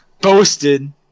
Boasted